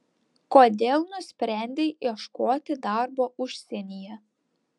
kodėl nusprendei ieškoti darbo užsienyje